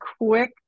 quick